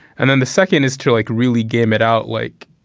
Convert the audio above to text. and then the second is to like really game it out like